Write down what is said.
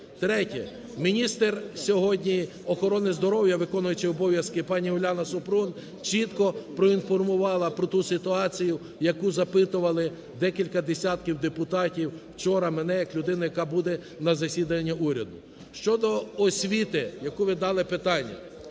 Третє. Міністр сьогодні охорони здоров'я, виконуючий обов'язки пані Уляна Супрун чітко проінформувала про ту ситуацію, про яку запитували декілька десятків депутатів вчора мене як людину, яка буде на засіданні уряду. Щодо освіти, яке ви задали питання.